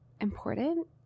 important